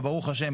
וברוך השם,